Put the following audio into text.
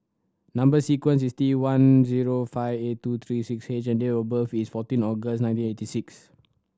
number sequence is T one zero five eight two three six H and date of birth is fourteen August nineteen eighty six